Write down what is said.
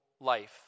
life